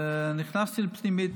ונכנסתי לפנימית,